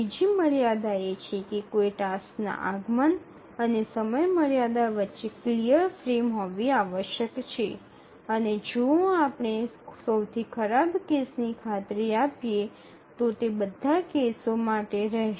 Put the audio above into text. ત્રીજી મર્યાદા એ છે કે કોઈ ટાસ્કના આગમન અને સમયમર્યાદા વચ્ચે ક્લિયર ફ્રેમ હોવી આવશ્યક છે અને જો આપણે સૌથી ખરાબ કેસની ખાતરી આપીએ તો તે બધા કેસો માટે રહેશે